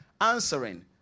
answering